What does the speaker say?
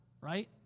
right